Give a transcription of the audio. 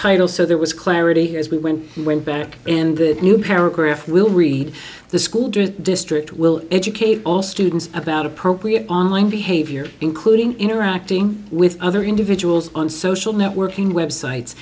title so there was clarity as we went and went back and the new paragraph will read the school district will educate all students about appropriate online behavior including interacting with other individuals on social networking websites